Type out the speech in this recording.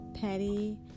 petty